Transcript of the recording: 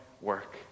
work